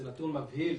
זה נתון מבהיל,